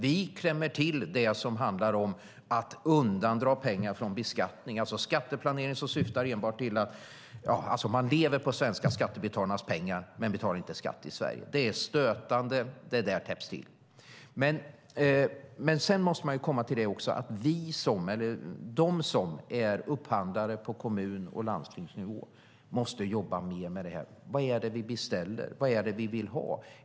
Vi klämmer till det som handlar om att undandra pengar från beskattning. Det rör sig om skatteplanering. Man lever på de svenska skattebetalarnas pengar men betalar inte skatt i Sverige. Det är stötande. Det där täpps till. De som är upphandlare på kommun och landstingsnivå måste också jobba mer med detta. Vad är det man beställer? Vad är det man vill ha?